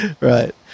Right